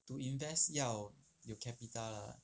to invest 要有 capital lah